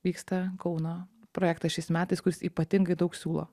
vyksta kauno projektas šiais metais kurs ypatingai daug siūlo